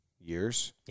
years